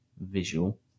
visual